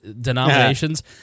denominations